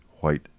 White